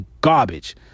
garbage